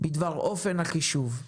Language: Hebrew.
בדבר אופן החישוב.